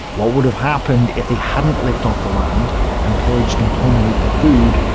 what would have happened if they hadn't lived off the land and pillaged and plundered the food,